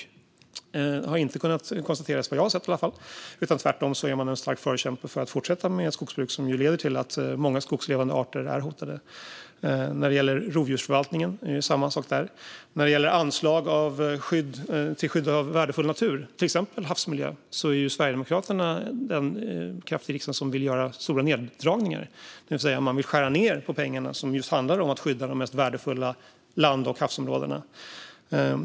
Något sådant har inte kunnat konstateras, vad jag har sett i alla fall, utan tvärtom är man en förkämpe för att fortsätta med skogsbruk som leder till att många skogslevande arter är hotade. När det gäller rovdjursförvaltningen är det samma sak. När det gäller anslag till skydd av värdefull natur, till exempel havsmiljön, är Sverigedemokraterna den kraft i riksdagen som vill göra stora neddragningar, det vill säga man vill skära ned på pengarna som går till att skydda de mest värdefulla land och havsområdena.